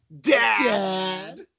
Dad